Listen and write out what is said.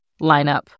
lineup